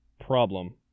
problem